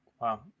Wow